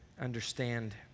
understand